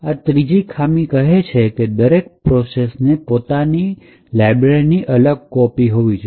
આ ત્રીજી ખામી કહે છે કે દરેક પ્રોસેસ ને પોતાની લાઈબ્રેરી ની કોપી હોવી જોઈએ